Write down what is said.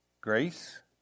grace